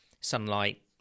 sunlight